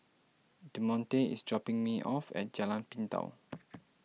Demonte is dropping me off at Jalan Pintau